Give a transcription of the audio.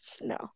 No